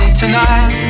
tonight